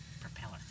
propeller